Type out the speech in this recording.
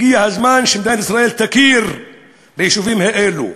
הגיע הזמן שמדינת ישראל תכיר ביישובים האלו.